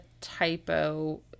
typo